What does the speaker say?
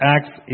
Acts